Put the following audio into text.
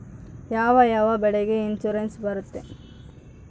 ಯಾವ ಯಾವ ಬೆಳೆಗೆ ಇನ್ಸುರೆನ್ಸ್ ಬರುತ್ತೆ?